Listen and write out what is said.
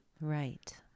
Right